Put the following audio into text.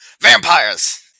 vampires